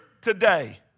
today